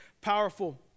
powerful